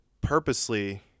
purposely